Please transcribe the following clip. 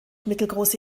mittelgroße